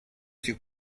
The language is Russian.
сих